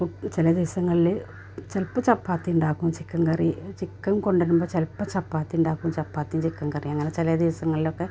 പുട്ട് ചില ദിവസങ്ങളിൽ ചിലപ്പം ചപ്പാത്തിയുണ്ടാക്കും ചിക്കൻ കറി ചിക്കൻ കൊണ്ടു വരുമ്പം ചിലപ്പം ചപ്പാത്തിയുണ്ടാക്കും ചപ്പാത്തിയും ചിക്കൻ കറിയും അങ്ങനെ ചില ദിവസങ്ങളിലൊക്കെ